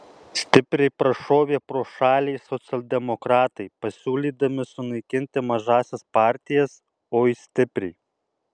stipriai prašovė pro šalį socialdemokratai pasiūlydami sunaikinti mažąsias partijas oi stipriai